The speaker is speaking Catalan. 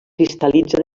cristal·litza